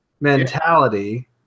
mentality